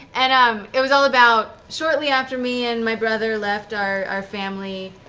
and ah um it was all about, shortly after me and my brother left our our family